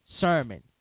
sermon